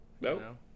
No